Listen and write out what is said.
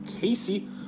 Casey